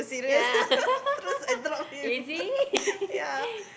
yeah is it